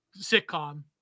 sitcom